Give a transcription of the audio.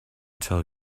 tell